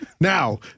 Now